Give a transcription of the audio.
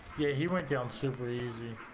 yeah he went down some reason,